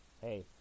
hey